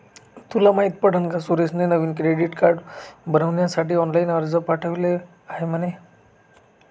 तुला माहित पडल का सुरेशने नवीन क्रेडीट कार्ड बनविण्यासाठी ऑनलाइन अर्ज पाठविला आहे म्हणे